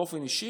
באופן אישי,